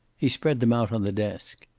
he spread them out on the desk.